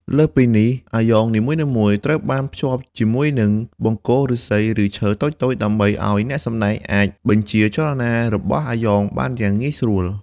លើសពីនេះ អាយ៉ងនីមួយៗត្រូវបានភ្ជាប់ជាមួយនឹងបង្គោលឫស្សីឬឈើតូចៗដើម្បីឱ្យអ្នកសម្តែងអាចបញ្ជាចលនារបស់អាយ៉ងបានយ៉ាងងាយស្រួល។